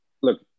look